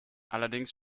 allerdings